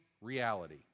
reality